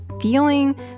feeling